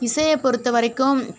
இசையை பொறுத்தவரைக்கும்